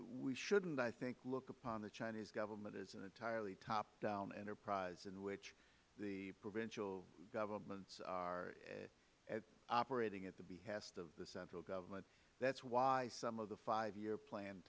we shouldn't i think look upon the chinese government as an entirely top down enterprise in which the provincial governments are operating at the behest of the central government that is why some of the five year plan